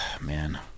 Man